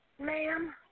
Ma'am